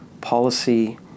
policy